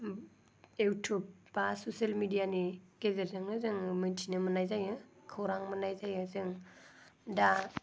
YouTube बा social मिडियानि गेजेरजोंनो जोङो मिन्थिनो मोननाय जायो खौरां मोननाय जायो जों दा